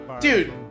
dude